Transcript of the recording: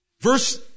Verse